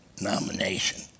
nomination